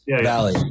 Valley